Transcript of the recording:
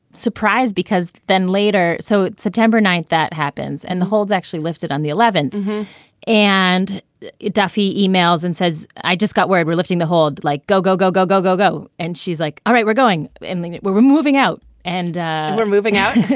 surprised because then later so september ninth that happens. and the holds actually lifted on the eleventh and duffy emails and says, i just got where we were lifting the hold. like, go, go, go, go, go, go, go. and she's like, all right, we're going we're we're moving out and we're moving out.